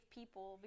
people